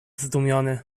zdumiony